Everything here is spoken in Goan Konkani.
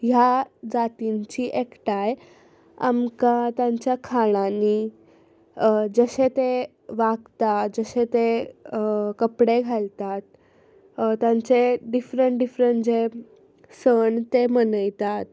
ह्या जातींची एकठांय आमकां तांच्या खाणांनी जशे ते वागतात जशे ते कपडे घालतात तांचे डिफरँट डिफरँट जे सण ते मनयतात